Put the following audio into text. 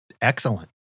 excellent